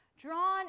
drawn